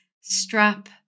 strap